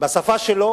בשפה שלו,